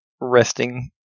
resting